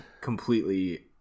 completely